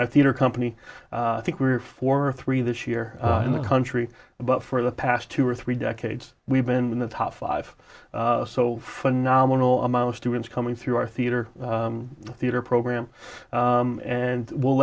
i theater company i think we're four three this year in the country but for the past two or three decades we've been in the top five so phenomenal amount of students coming through our theater theater program and we'll